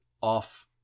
off